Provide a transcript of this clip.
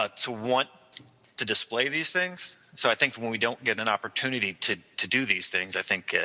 ah to want to display these things. so i think, when we don't get an opportunity to to do these things, i think,